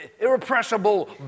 irrepressible